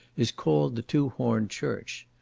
is called the two-horned church.